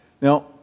Now